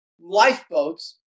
lifeboats